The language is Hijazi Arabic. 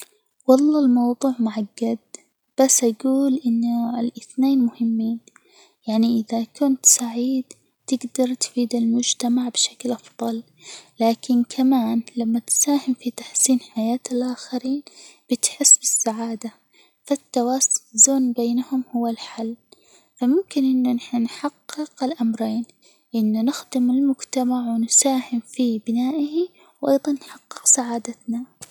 والله الموضوع معجد، بس أجول إن الاثنين مهمين؛ يعني إذا كنت سعيد تجدر تفيد المجتمع بشكل أفضل، لكن كمان لما تساهم في تحسين حياة الآخرين بتحس بالسعادة، التوازن بينهم هو الحل، فممكن أنه نحن نحقق الأمرين إنه نخدم المجتمع ونساهم في بنائه، وأيضًا نحقق سعادتنا.